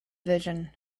vision